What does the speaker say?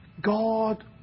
God